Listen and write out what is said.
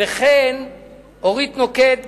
וכן אורית נוקד,